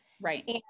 Right